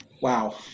wow